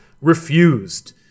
refused